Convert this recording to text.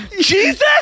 Jesus